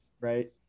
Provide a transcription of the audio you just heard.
right